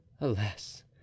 alas